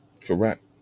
Correct